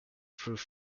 proof